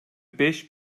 beş